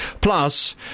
plus